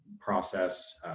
process